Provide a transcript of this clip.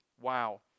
Wow